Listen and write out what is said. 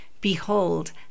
behold